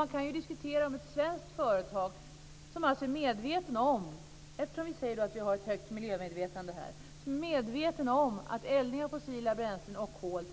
Man kan diskutera det agerandet av ett svenskt företag som är medvetet om - eftersom vi säger att vi har ett högt miljömedvetande i Sverige - att användning av fossila bränslen och kol